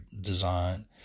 design